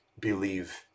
believe